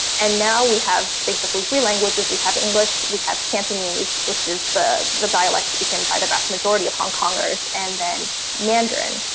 and now we have basically three languages, we have english, we have cantonese, which is the the dialect spoken by the vast majority of hong kongers, and then mandarin,